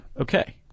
Okay